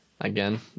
Again